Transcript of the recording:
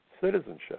Citizenship